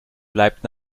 bleibt